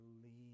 believe